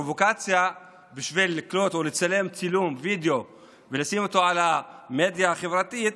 הפרובוקציה בשביל לקלוט או לצלם צילום וידיאו ולשים אותו במדיה החברתית,